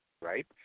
right